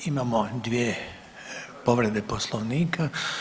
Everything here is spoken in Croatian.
Imamo dvije povrede Poslovnika.